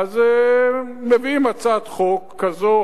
מביאים הצעת חוק כזו או אחרת,